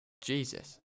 jesus